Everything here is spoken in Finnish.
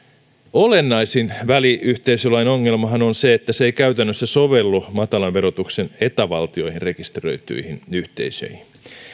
olennaisin väliyhteisölain ongelmahan on se että se ei käytännössä sovellu matalan verotuksen eta valtioihin rekisteröityihin yhteisöihin